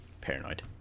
Paranoid